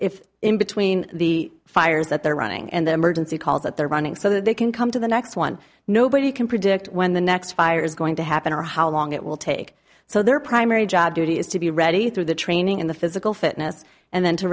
if in between the fires that they're running and them urgency calls that they're running so that they can come to the next one nobody can predict when the next fire is going to happen or how long it will take so their primary job duty is to be ready through the training and the physical fitness and then to